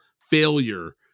failure